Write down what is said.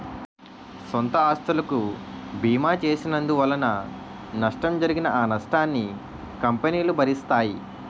సొంత ఆస్తులకు బీమా చేసినందువలన నష్టం జరిగినా ఆ నష్టాన్ని కంపెనీలు భరిస్తాయి